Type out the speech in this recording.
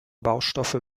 baustoffe